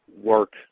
work